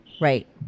Right